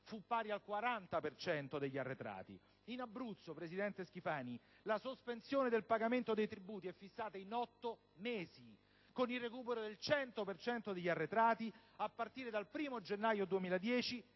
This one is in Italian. fu pari al 40 per cento degli arretrati; in Abruzzo, signor presidente Schifani, la sospensione del pagamento dei tributi è fissata in otto mesi, con il recupero del 100 per cento degli arretrati a partire dal 1º gennaio 2010